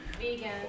vegan